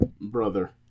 brother